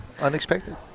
Unexpected